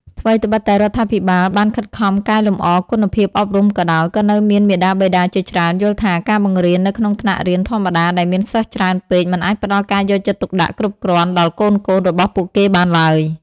ថ្វីត្បិតតែរដ្ឋាភិបាលបានខិតខំកែលម្អគុណភាពអប់រំក៏ដោយ ក៏នៅមានមាតាបិតាជាច្រើនយល់ថាការបង្រៀននៅក្នុងថ្នាក់រៀនធម្មតាដែលមានសិស្សច្រើនពេក មិនអាចផ្តល់ការយកចិត្តទុកដាក់គ្រប់គ្រាន់ដល់កូនៗរបស់ពួកគេបានឡើយ។